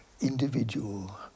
individual